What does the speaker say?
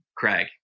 Craig